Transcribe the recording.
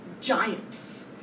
giants